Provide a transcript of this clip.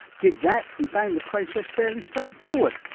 did that. he found the process fairly straightforward,